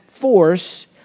force